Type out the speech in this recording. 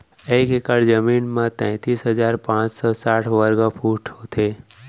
एक एकड़ जमीन मा तैतलीस हजार पाँच सौ साठ वर्ग फुट होथे